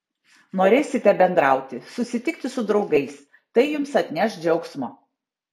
norėsite bendrauti susitikti su draugais tai jums atneš džiaugsmo